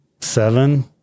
seven